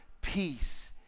peace